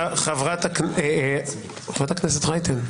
חברת הכנסת רייטן.